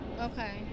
okay